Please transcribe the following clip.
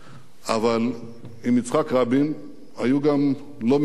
אבל עם יצחק רבין היו גם לא מעט הסכמות,